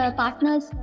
partners